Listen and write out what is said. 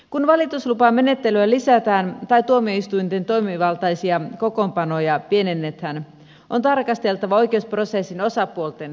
kun valituslupamenettelyä lisätään tai tuomioistuinten toimivaltaisia kokoonpanoja pienennetään on tarkasteltava oikeusprosessin osapuolten asemaa